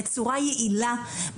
בצורה יעילה,